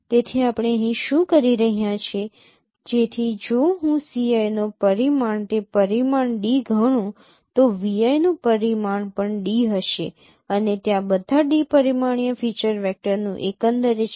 તેથી આપણે અહીં શું કરી રહ્યા છીએ જેથી જો હું Ci નો પરિમાણ તે પરિમાણ D ગણું તો vi નું પરિમાણ પણ D હશે અને ત્યાં બધા D પરિમાણીય ફીચર વેક્ટરનું એકંદરે છે